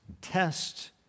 test